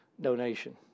donation